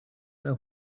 know